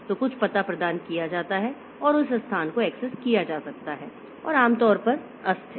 तो कुछ पता प्रदान किया जाता है और उस स्थान को एक्सेस किया जा सकता है और आमतौर पर अस्थिर